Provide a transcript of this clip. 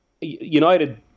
United